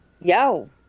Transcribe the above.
Yo